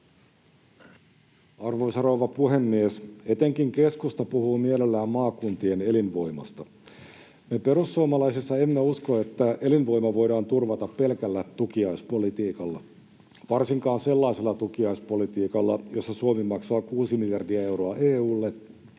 Arvoisa rouva puhemies! Etenkin keskusta puhuu mielellään maakuntien elinvoimasta. Me perussuomalaisissa emme usko, että elinvoima voidaan turvata pelkällä tukiaispolitiikalla — varsinkaan sellaisella tukiaispolitiikalla, jossa Suomi maksaa 6 miljardia euroa EU:lle